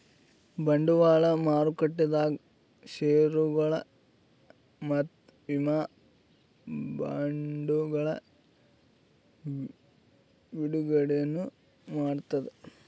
ಬಂಡವಾಳ್ ಮಾರುಕಟ್ಟೆದಾಗ್ ಷೇರ್ಗೊಳ್ ಮತ್ತ್ ವಿಮಾ ಬಾಂಡ್ಗೊಳ್ ಬಿಡುಗಡೆನೂ ಮಾಡ್ತದ್